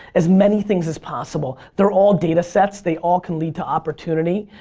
as many things as possible. they're all data sets, they all can lead to opportunity.